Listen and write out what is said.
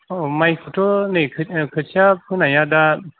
औ मायखौथ' नै खोथिया फोनाया दा